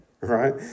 right